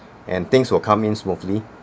and things will come in smoothly